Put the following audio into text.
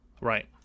Right